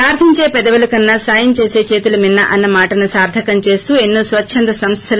ప్రార్గించే పెదవుల కన్నా సాయం చేసే చేతులు మిన్న అన్న మాటను సార్గకం చేస్తూ ఎన్నో స్వచ్చంద సంస్లలు